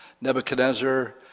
Nebuchadnezzar